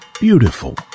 Beautiful